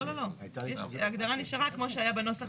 לא, לא, לא, ההגדרה נשארה כמו שהיה בנוסח הקודם.